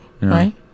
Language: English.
right